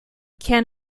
can